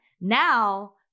Now